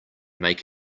make